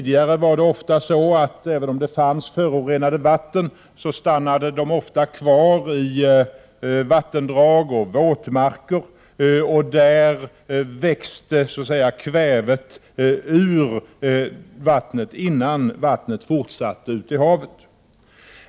Även om det fanns förorenade vatten dröjde de tidigare ofta kvar i vattendrag och våtmarker, och där växte så att säga kvävet ur vattnet, innan vattnet fortsatte ut i havet.